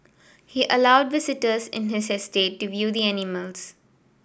he allowed visitors in his estate to view the animals